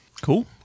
Cool